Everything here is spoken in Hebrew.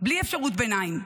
בלי אפשרות ביניים.